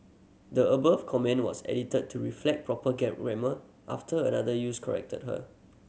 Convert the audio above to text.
the above comment was edited to reflect proper after another user corrected her